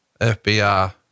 FBI